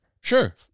Sure